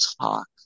Talk